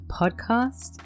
podcast